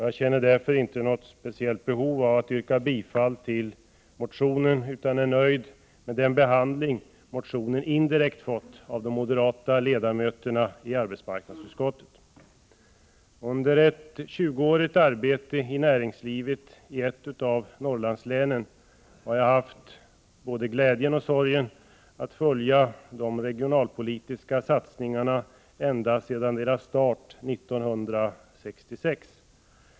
Jag känner därför inte något behov av att yrka bifall till motionen, utan är nöjd med den behandling den indirekt fått av de moderata ledamöterna i arbetsmarknadsutskottet. Under ett 20-årigt arbete i näringslivet i ett av Norrlandslänen, har jag haft både glädjen och sorgen att följa de regionalpolitiska satsningarna ända sedan deras start 1966.